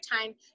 time